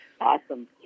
Awesome